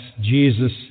Jesus